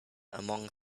among